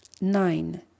Nine